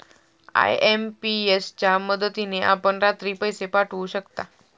IMPS च्या मदतीने आपण रात्री पैसे पाठवू शकता